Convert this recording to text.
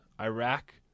Iraq